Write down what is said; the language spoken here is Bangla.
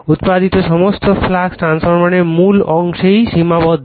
উত্পাদিত সমস্ত ফ্লাক্স ট্রান্সফরমারের মূল অংশে সীমাবদ্ধ